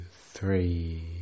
three